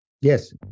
Yes